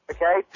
Okay